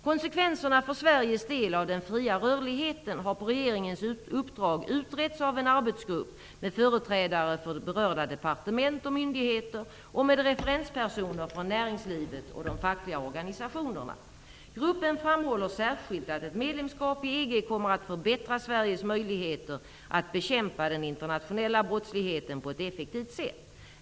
Konsekvenserna för Sveriges del av den fria rörligheten har på regeringens uppdrag utretts av en arbetsgrupp med företrädare för berörda departement och myndigheter och med referenspersoner från näringslivet och de fackliga organisationerna. Gruppen framhåller särskilt att ett medlemskap i EG kommer att förbättra Sveriges möjligheter att bekämpa den internationella brottsligheten på ett effektivt sätt.